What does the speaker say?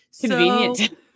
Convenient